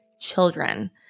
children